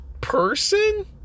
person